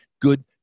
good